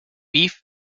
beef